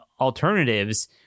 alternatives